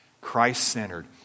Christ-centered